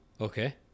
Okay